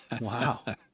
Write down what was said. Wow